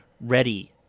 ready